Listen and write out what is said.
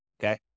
okay